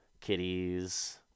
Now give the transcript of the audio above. kitties